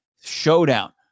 showdown